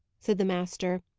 said the master,